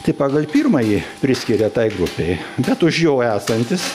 tai pagal pirmąjį priskiria tai grupei bet už jo esantis